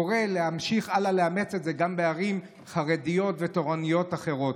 אני קורא להמשיך הלאה ולאמץ את זה גם בערים חרדיות ותורניות אחרות.